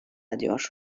ediyor